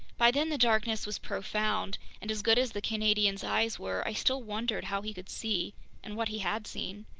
by then the darkness was profound, and as good as the canadian's eyes were, i still wondered how he could see and what he had seen.